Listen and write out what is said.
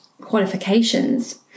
qualifications